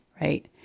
right